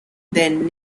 then